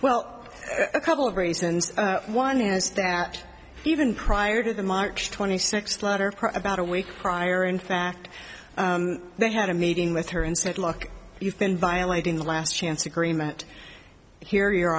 well a couple of reasons one is that even prior to the march twenty sixth letter about a week prior in fact they had a meeting with her and said look you've been violating the last chance agreement here your